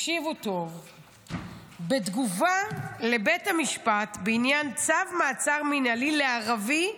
הקשיבו טוב בתגובה לבית המשפט בעניין צו מעצר מינהלי לערבי,